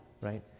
right